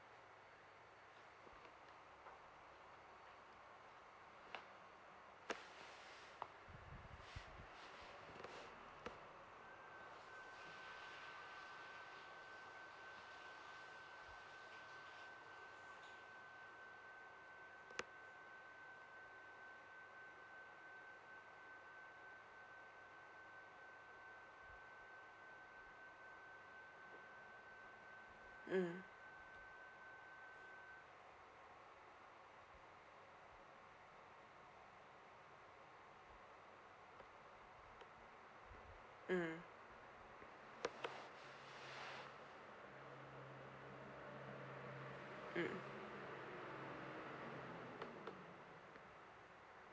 mm mm mm